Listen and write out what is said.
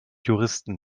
juristen